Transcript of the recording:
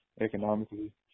economically